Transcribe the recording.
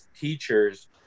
teachers